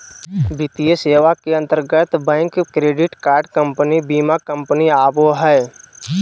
वित्तीय सेवा के अंतर्गत बैंक, क्रेडिट कार्ड कम्पनी, बीमा कम्पनी आवो हय